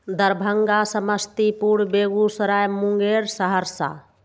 Darbhanga Samastipur Begusarai Munger Saharsa